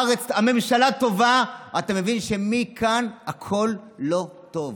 הממשלה טובה, אתה מבין שמכאן הכול לא טוב,